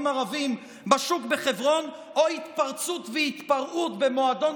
ערבים בשוק בחברון או התפרצות והתפרעות במועדון